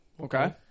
Okay